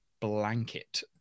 blanket